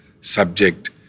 subject